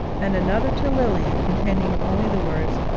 and another to lilian, containing only the words,